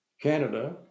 Canada